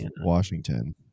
Washington